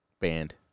Band